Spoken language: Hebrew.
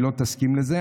והיא לא תסכים לזה,